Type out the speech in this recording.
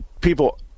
people